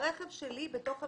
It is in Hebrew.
הרכב שלי בתוך המכרז,